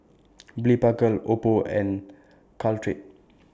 Blephagel Oppo and Caltrate